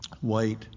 white